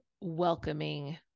welcoming